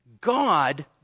God